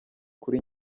kuri